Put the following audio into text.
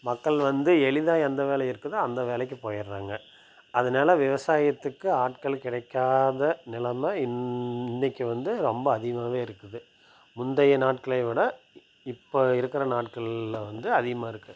மக்கள் வந்து எளிதாக எந்த வேலை இருக்குதோ அந்த வேலைக்குப் போயிடுறாங்க அதனால விவசாயத்துக்கு ஆட்கள் கிடைக்காத நிலமை இன்னக்கு வந்து ரொம்ப அதிகமாக இருக்குது முந்தைய நாட்களை விட இப்போ இருக்கிற நாட்களில் வந்து அதிகமாக இருக்குது